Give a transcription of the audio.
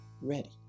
ready